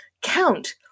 count